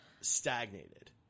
stagnated